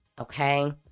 Okay